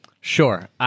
Sure